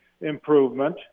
improvement